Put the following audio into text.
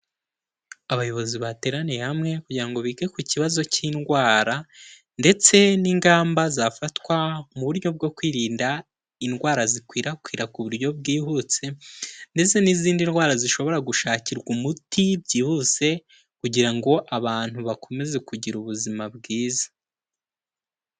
Abayobozi bateraniye hamwe kugira ngo bige ku kibazo k'indwara ndetse n'ingamba zafatwa, mu buryo bwo kwirinda indwara zikwirakwira ku buryo bwihuse ndetse n'izindi ndwara zishobora gushakirwa umuti byihuse kugira ngo abantu bakomeze kugira ubuzima bwiza.